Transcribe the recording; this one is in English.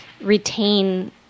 retain